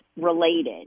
related